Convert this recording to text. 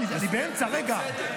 אני באמצע, רגע.